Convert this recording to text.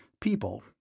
people